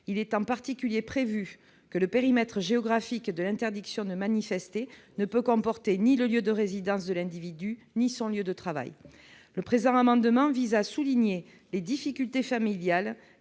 Il est en particulier prévu que le périmètre géographique de l'interdiction de manifester ne pourra comporter ni le lieu de résidence de l'individu ni son lieu de travail. Le présent amendement vise à souligner les difficultés familiales